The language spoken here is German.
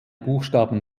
buchstaben